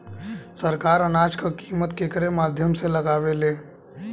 सरकार अनाज क कीमत केकरे माध्यम से लगावे ले?